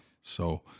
So-